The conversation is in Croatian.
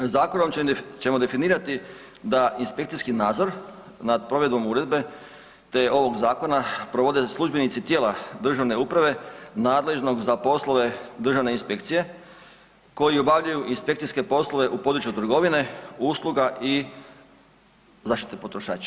Zakonom ćemo definirati da inspekcijski nadzor nad provedbom uredbe te ovog zakona provode službenici tijela državne uprave nadležnog za poslove državne inspekcije koji obavljaju inspekcijske poslove u području trgovine, usluga i zaštite potrošača.